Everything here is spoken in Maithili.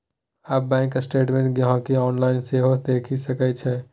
आब बैंक स्टेटमेंट गांहिकी आनलाइन सेहो देखि सकै छै